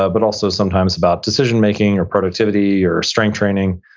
ah but also sometimes about decision making or productivity or strength training,